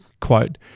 quote